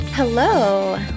hello